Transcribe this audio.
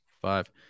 five